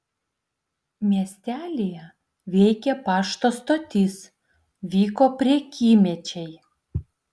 miestelyje veikė pašto stotis vyko prekymečiai